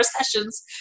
sessions